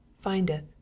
findeth